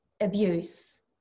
abuse